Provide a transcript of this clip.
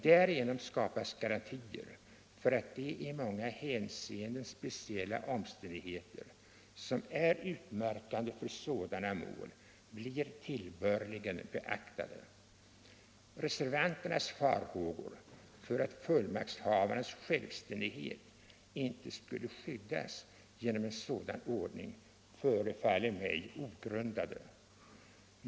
Därigenom skapas garantier för att de i många hänseenden speciella omständigheter som är utmärkande för sådana mål blir tillbörligen beaktade. Reservanternas farhågor för att fullmaktshavarnas självständighet inte skulle skyddas genom en sådan ordning förefaller mig ogrundade.